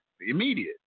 Immediate